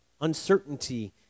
uncertainty